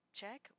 check